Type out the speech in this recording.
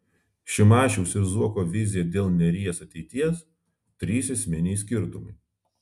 šimašiaus ir zuoko vizija dėl neries ateities trys esminiai skirtumai